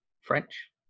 French